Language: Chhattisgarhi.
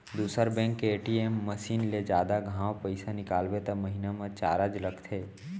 दूसर बेंक के ए.टी.एम मसीन ले जादा घांव पइसा निकालबे त महिना म चारज लगथे